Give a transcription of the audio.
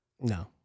no